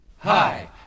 Hi